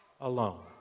alone